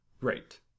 Right